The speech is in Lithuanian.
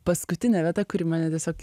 paskutinė vieta kuri mane tiesiog